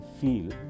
feel